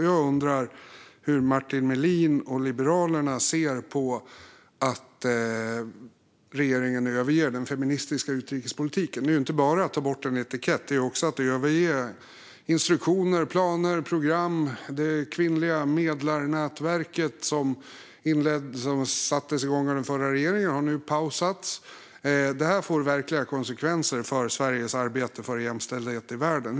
Jag undrar hur Martin Melin och Liberalerna ser på att regeringen överger den feministiska utrikespolitiken. Det är ju inte bara att ta bort en etikett; det är också att överge instruktioner, planer och program. Det kvinnliga medlarnätverket som inleddes och sattes igång under den förra regeringen har nu pausats. Det här får verkliga konsekvenser för Sveriges arbete för jämställdhet i världen.